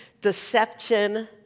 deception